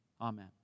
amen